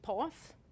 path